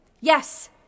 Yes